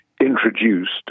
introduced